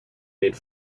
made